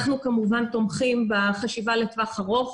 אנחנו כמובן תומכים בחשיבה לטווח ארוך,